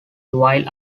while